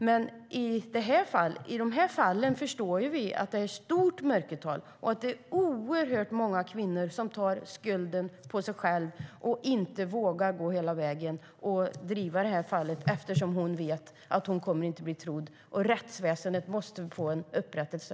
Men i dessa fall förstår vi att det finns ett stort mörkertal och att det är oerhört många kvinnor som tar på sig skulden och inte vågar gå hela vägen och driva fallet eftersom de vet att de inte kommer att bli trodda. Rättsväsendet måste bli bättre.